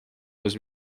was